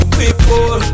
people